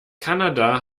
kanada